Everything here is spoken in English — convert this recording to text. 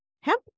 hemp